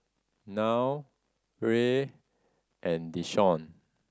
Nile Rey and Deshawn